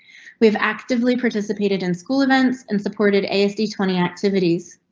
we have actively participated in school events and supported asd twenty activities.